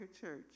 church